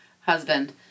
Husband